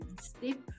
step